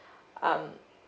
um